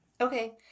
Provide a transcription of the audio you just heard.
Okay